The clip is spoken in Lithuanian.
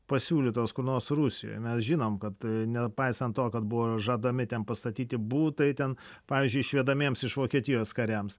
pasiūlytos kur nors rusijoje mes žinom kad nepaisant to kad buvo žadami ten pastatyti butai ten pavyzdžiui išvedamiems iš vokietijos kariams